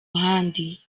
ahandi